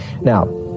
Now